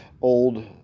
old